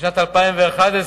השר מרגי.